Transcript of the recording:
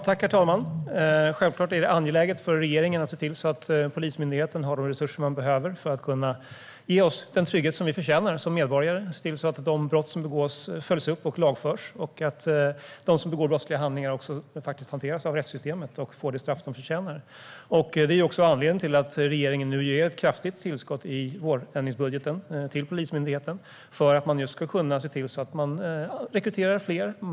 Herr talman! Självklart är det angeläget för regeringen att se till att Polismyndigheten har de resurser den behöver för att kunna ge oss den trygghet vi förtjänar som medborgare, se till att de brott som begås följs upp och lagförs och att de som begår brottsliga handlingar hanteras av rättssystemet och får det straff de förtjänar. Det är också anledningen till att regeringen nu ger ett kraftigt tillskott i vårändringsbudgeten till Polismyndigheten - man ska kunna rekrytera fler.